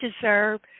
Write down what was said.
deserve